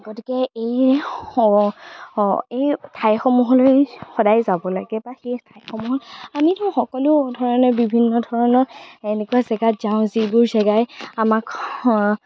গতিকে এই এই ঠাইসমূহলৈ সদায় যাব লাগে বা সেই ঠাইসমূহৰ আমিতো সকলো ধৰণৰ বিভিন্ন ধৰণৰ এনেকুৱা জেগাত যাওঁ যিবোৰ জেগাই আমাক